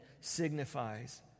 signifies